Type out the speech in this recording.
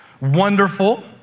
wonderful